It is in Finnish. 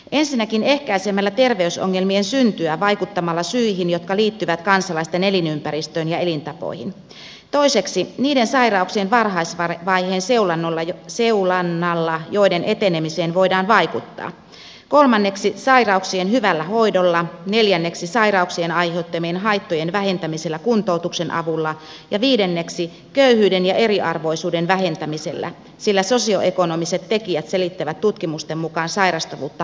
ensinnäkin ehkäisemällä terveysongelmien syntyä vaikuttamalla syihin jotka liittyvät kansalaisten elinympäristöön ja elintapoihin toiseksi niiden sairauksien varhaisvaiheen seulonnalla joiden etenemiseen voidaan vaikuttaa kolmanneksi sairauksien hyvällä hoidolla neljänneksi sairauksien aiheuttamien haittojen vähentämisellä kuntoutuksen avulla ja viidenneksi köyhyyden ja eriarvoisuuden vähentämisellä sillä sosioekonomiset tekijät selittävät tutkimusten mukaan sairastavuutta huomattavan paljon